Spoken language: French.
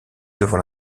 devant